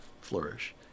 flourish